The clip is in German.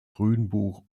grünbuch